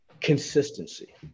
consistency